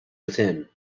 within